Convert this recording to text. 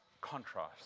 contrast